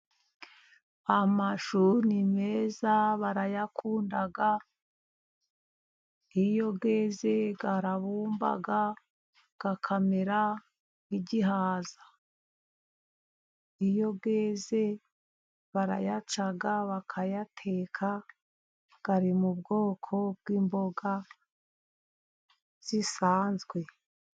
Amashu ni meza barayakunda. iyo yeze arabumba akamera nk'igihaza. Iyo yeze barayaca bakayateka. Ari mu bwoko bw'imboga zisanzwe.